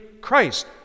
Christ